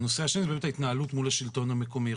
והנושא השני הוא ההתנהלות מול השלטון המקומי.